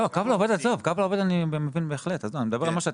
לא, קו לעובד, עזוב, קו לעובד אני מבין בהחלט.